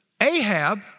Ahab